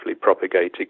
propagated